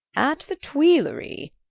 at the tuileries,